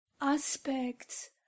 aspects